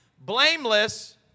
blameless